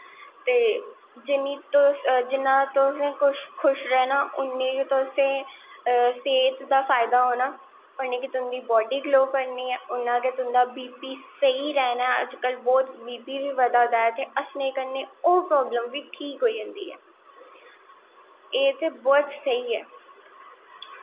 ते जिन्नां तुसें खुश रैह्नां उन्नां गै तुसें सेह्त दा फायदा होनां उन्नी गै तुंदी बॉड्डी ग्लो करनी ऐ उन्नां गै तुंदा बी पी स्हेई रैह्नां ऐ अज्ज कल बी पी बी बदा दा ऐ ते हस्सनें कन्नैं ओह् प्रावलम बी ठीक होई जंदी ऐ एह् ते बौह्त स्हेई ऐ